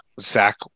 Zach –